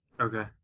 Okay